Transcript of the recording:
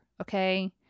okay